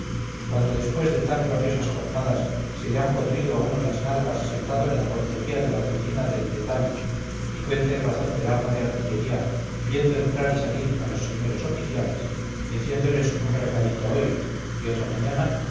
cuandodespués de tan gloriosas jornadas se le han podrido a uno las nalgas sentado en la portería de la oficina del detall y cuenta y razón del arma de artillería viendo entrar y salir a los señores oficiales y haciéndoles un recadito hoy y otro mañana